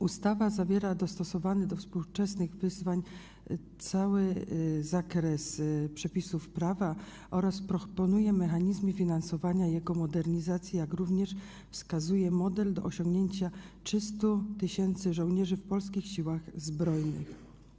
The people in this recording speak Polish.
Ustawa zawiera dostosowany do współczesnych wyzwań cały zakres przepisów prawa oraz proponuje mechanizmy finansowania modernizacji wojska, jak również wskazuje model, jak osiągnąć liczebność 300 tys. żołnierzy w Polskich Siłach Zbrojnych.